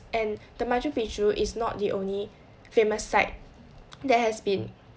and the machu picchu is not the only famous sight that has been